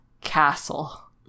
castle